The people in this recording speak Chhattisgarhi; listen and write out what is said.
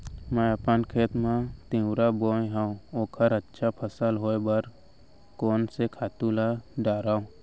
मैं अपन खेत मा तिंवरा बोये हव ओखर अच्छा फसल होये बर कोन से खातू ला डारव?